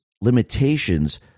limitations